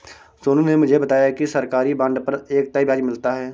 सोनू ने मुझे बताया कि सरकारी बॉन्ड पर एक तय ब्याज मिलता है